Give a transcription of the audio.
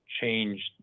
changed